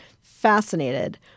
fascinated